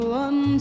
one